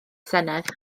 senedd